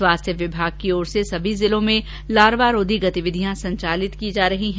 स्वास्थ्य विमाग की ओर से सभी जिलो में लार्वारोधी गतिविधियां संचालित की जा रही है